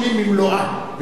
במלואו.